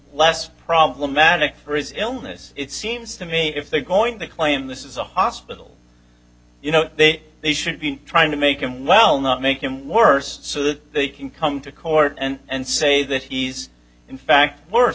less problematic for his illness it seems to me if they're going to claim this is a hospital you know they they should be trying to make him well not make him worse so that they can come to court and say that he's in fact worse